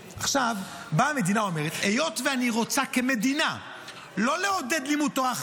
באה המדינה ואומרת: היות שאני רוצה כמדינה לא לעודד לימוד תורה,